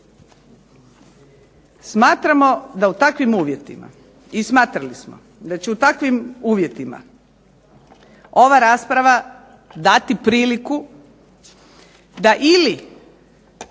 Smatramo da u takvim uvjetima i smatrali smo da će u takvim uvjetima ova rasprava dati priliku da ili